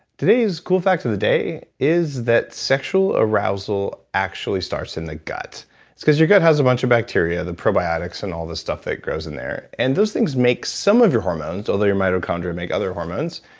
today's cool facts of the day is that sexual arousal actually starts in the gut. it's because your gut has a bunch of bacteria, the probiotics and all the stuff that grows in there and those things make some of your hormones, although your mitochondria make other hormones.